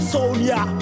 Sonia